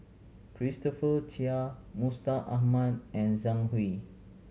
Christopher Chia Mustaq Ahmad and Zhang Hui